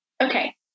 Okay